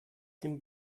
dem